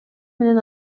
менен